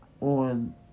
on